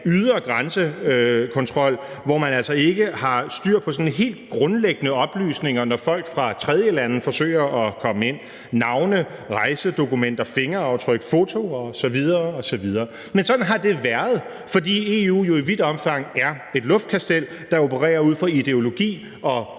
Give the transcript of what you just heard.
ydre grænsekontrol, hvor der altså ikke er styr på sådan helt grundlæggende oplysninger, når folk fra tredjelande forsøger at komme ind: navne, rejsedokumenter, fingeraftryk, fotoer osv. osv. Men sådan har det været, fordi EU jo i vidt omfang er et luftkastel, der opererer ud fra ideologi og